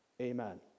Amen